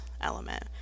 element